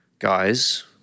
Guys